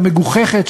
המגוחכת,